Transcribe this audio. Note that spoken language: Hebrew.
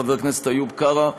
חבר הכנסת איוב קרא,